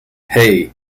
hey